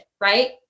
right